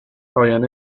habían